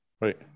right